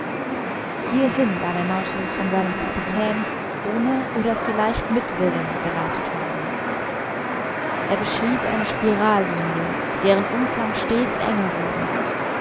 hierhin war der nautilus von seinem kapitän ohne oder vielleicht mit willen geleitet worden er beschrieb eine spirallinie deren umfang stets enger wurde